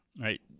right